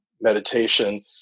meditation